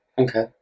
Okay